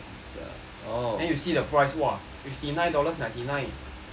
then you see the price !wah! fifty nine dollars ninety nine U_S_D eh